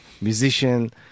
musician